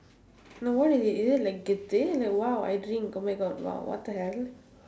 no what is it is it like like !wow! I drink oh my god !wow! what the hell